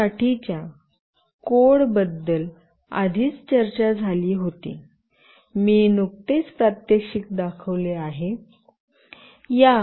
त्या साठीच्या कोड बद्दल आधीच चर्चा झाली होती मी नुकतेच प्रात्यक्षिक दाखविले आहे